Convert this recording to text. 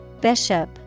Bishop